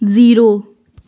zero